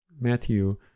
Matthew